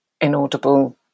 inaudible